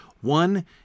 One